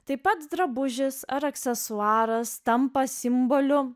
taip pat drabužis ar aksesuaras tampa simboliu